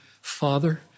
father